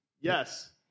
Yes